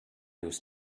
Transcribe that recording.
use